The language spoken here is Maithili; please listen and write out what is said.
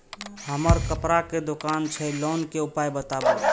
हमर कपड़ा के दुकान छै लोन के उपाय बताबू?